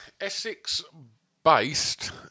Essex-based